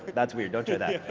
that's weird, don't do that.